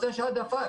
יש העדפה,